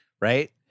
Right